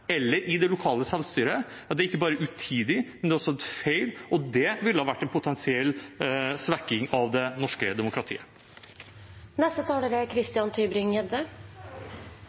eller i det lokale selvstyret, er ikke bare utidig, men det er også helt feil. Det ville ha vært en potensiell svekking av det norske